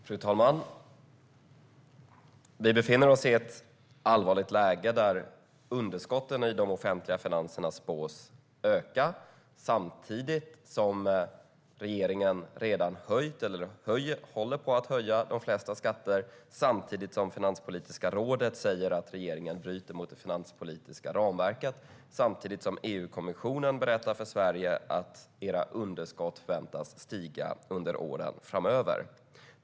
Fru talman! Vi befinner oss i ett allvarligt läge där underskotten i de offentliga finanserna spås öka samtidigt som regeringen håller på att höja de flesta skatter, samtidigt som Finanspolitiska rådet säger att regeringen bryter mot det finanspolitiska ramverket, samtidigt som EU-kommissionen säger att Sveriges underskott förväntas att stiga under åren framöver.